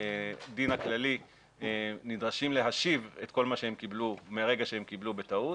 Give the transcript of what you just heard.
הדין הכללי נדרשים להשיב את כל מה שהם קיבלו מרגע שהם קיבלו בטעות,